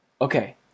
Okay